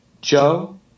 Joe